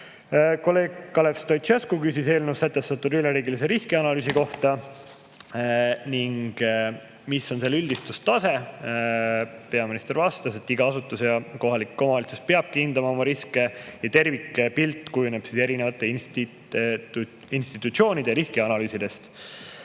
Kolleeg Kalev Stoicescu küsis eelnõus sätestatud üleriigilise riskianalüüsi kohta, et mis on selle üldistustase. Peaminister vastas, et iga asutus ja kohalik omavalitsus peab hindama oma riske ja tervikpilt kujuneb erinevate institutsioonide riskianalüüsidest.